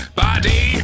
body